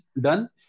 done